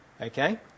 okay